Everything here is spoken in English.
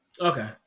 Okay